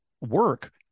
work